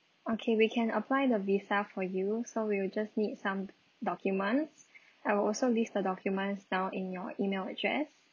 okay we can apply the visa for you so we will just need some documents I would also list the documents now in your email address